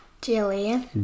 Jilly